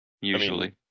Usually